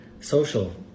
social